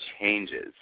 changes